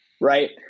right